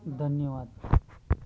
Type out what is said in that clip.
धन्यवाद